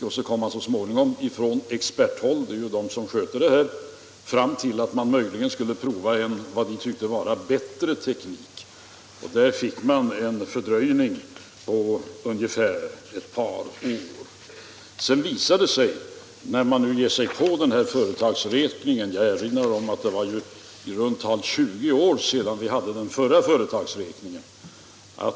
Så småningom kom man från experthåll — det är ju experterna som sköter företagsräkningen — fram till att man möjligen skulle prova vad man tyckte vara en bättre teknik, och därmed blev det en fördröjning på ungefär ett par år. När man nu ger sig på den här företagsräkningen visar det sig att råmaterialet var mera omfattande än man trott — jag erinrar om att det är i runt tal 20 år sedan vi hade den förra företagsräkningen. Bl.